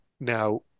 Now